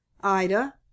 Ida